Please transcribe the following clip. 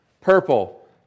Purple